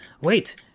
wait